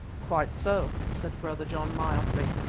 quite so, said brother john, mildly.